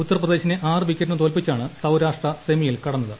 ഉത്തർപ്രദേശിക്ക് ആറ് വിക്കറ്റിന് തോൽപ്പിച്ചാണ് സൌരാഷ്ട്ര സെമിയിൽ കടന്നത്